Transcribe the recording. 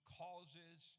causes